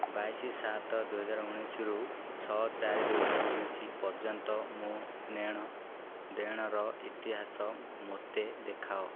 ବାଇଶି ସାତ ଦୁଇ ହଜାର ଉଣେଇଶିରୁ ଛଅ ଚାରି ଦୁଇହଜାର ଉଣେଇଶି ପର୍ଯ୍ୟନ୍ତ ମୋ ନେଣ ଦେଣର ଇତିହାସ ମୋତେ ଦେଖାଅ